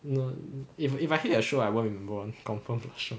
you know if if I hate a show I won't remember one confirm